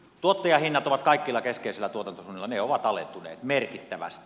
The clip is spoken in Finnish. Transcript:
tuottajahinnat ovat kaikilla keskeisillä tuotantosuunnilla alentuneet merkittävästi